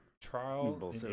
Trial